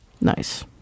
Nice